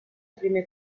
primer